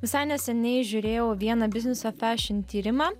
visai neseniai žiūrėjau vieną business of fashion tyrimą